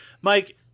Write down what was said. Mike